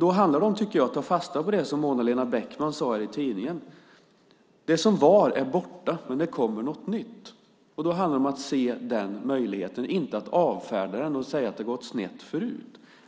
Det handlar om att ta fasta på det som Mona-Lena Beckman sade i tidningen. Det som var är borta, men det kommer något nytt. Det handlar om att se den möjligheten och inte avfärda den med att säga att det har gått snett förut.